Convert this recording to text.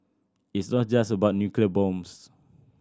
it's not just about nuclear bombs